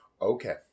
Okay